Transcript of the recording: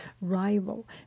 Rival